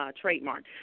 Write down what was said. trademark